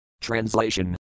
Translation